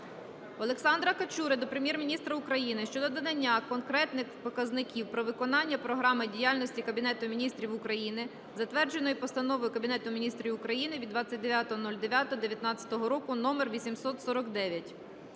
Олександра Качури до Прем'єр-міністра України щодо надання конкретних показників про виконання Програми діяльності Кабінету Міністрів України, затвердженої Постановою Кабінету Міністрів України від 29.09.2019 року номер 849.